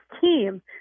team